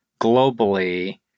globally